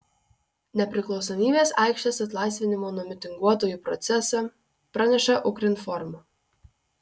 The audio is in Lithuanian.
nepriklausomybės aikštės atlaisvinimo nuo mitinguotojų procesą praneša ukrinform